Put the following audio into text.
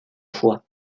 choix